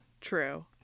True